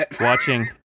watching